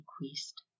decreased